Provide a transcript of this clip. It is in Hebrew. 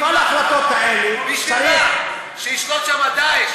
איזה החלטות, חבר כנסת זחאלקה?